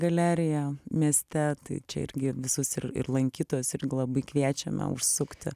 galerija mieste tai čia irgi visus ir ir lankytojus irgi labai kviečiame užsukti